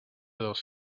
dos